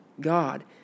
God